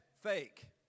fake